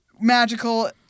magical